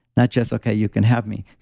not just okay, you can have me.